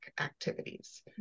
activities